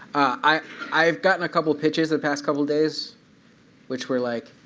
i i have gotten a couple of pitches the past couple of days which were like,